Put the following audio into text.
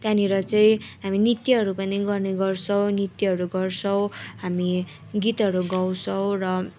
त्यहाँनिर चाहिँ हामी नृत्यहरू पनि गर्ने गर्छौँ नृत्यहरू गर्छौँ हामी गीतहरू गाउँछौँ र